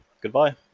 Goodbye